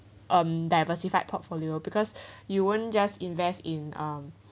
um diversified portfolio because you won't just invest in um